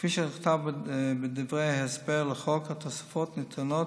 כפי שנכתב בדברי ההסבר לחוק, "התוספות ניתנות,